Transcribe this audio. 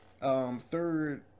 third